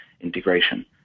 integration